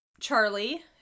Charlie